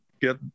get